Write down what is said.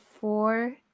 four